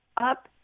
up